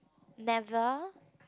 never